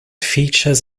features